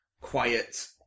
quiet